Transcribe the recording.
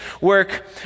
work